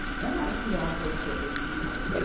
mit also put, as you know,